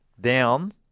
down